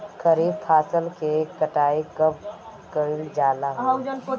खरिफ फासल के कटाई कब कइल जाला हो?